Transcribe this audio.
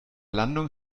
landung